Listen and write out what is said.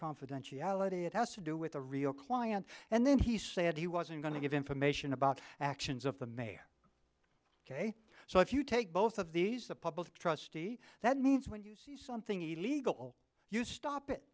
confidentiality it has to do with a real client and then he said he wasn't going to give information about actions of the mayor ok so if you take both of these the public trustee that means when you see something illegal you stop it